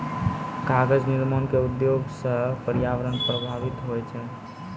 कागज निर्माण क उद्योग सँ पर्यावरण प्रभावित होय छै